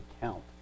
count